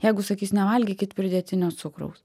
jeigu sakys nevalgykit pridėtinio cukraus